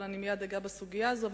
אבל אני מייד אגע בסוגיה הזאת.